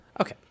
Okay